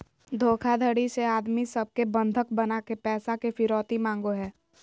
धोखाधडी से आदमी सब के बंधक बनाके पैसा के फिरौती मांगो हय